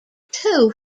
two